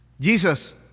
Jesus